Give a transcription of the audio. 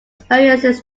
experiences